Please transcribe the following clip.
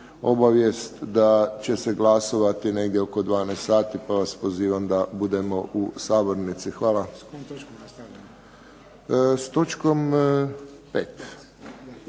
obavijest da će se glasovati negdje oko 12,00 sati, pa vas pozivam da budemo u sabornici. Hvala. .../Upadica